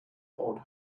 pod